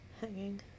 hanging